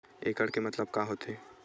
एकड़ के मतलब का होथे?